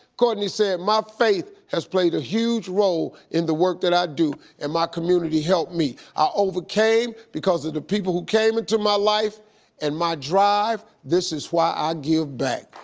courtney said, my faith has played a huge role in the work that i do and my community helped me. i overcame because of the people who came into my life and my drive, this is why i ah give back.